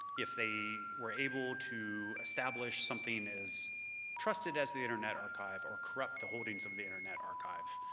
if they were able to establish something as trusted as the internet archive or corrupt the holdings of the internet archive,